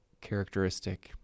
characteristic